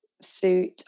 suit